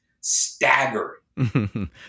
staggering